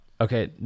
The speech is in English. okay